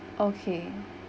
okay